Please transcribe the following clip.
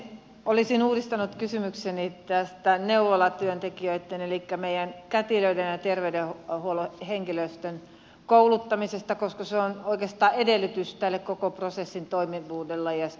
olisin uudistanut kysymykseni tästä neuvolatyöntekijöitten elikkä meidän kätilöiden ja terveydenhuollon henkilöstön kouluttamisesta koska se on oikeastaan edellytys tälle koko prosessin toimivuudelle